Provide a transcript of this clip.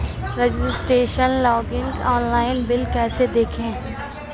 Registration login online bill कैसे देखें?